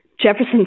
Jefferson